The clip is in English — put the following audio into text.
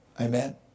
Amen